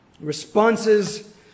responses